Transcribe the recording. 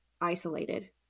isolated